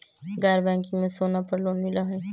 गैर बैंकिंग में सोना पर लोन मिलहई?